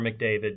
McDavid